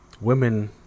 women